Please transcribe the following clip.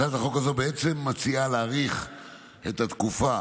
הצעת החוק הזו בעצם מציעה להאריך את התקופה